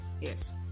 Yes